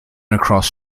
across